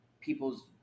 people's